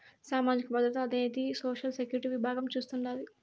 సామాజిక భద్రత అనేది సోషల్ సెక్యూరిటీ విభాగం చూస్తాండాది